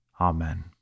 Amen